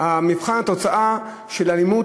מבחן התוצאה של האלימות,